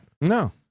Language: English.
No